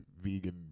vegan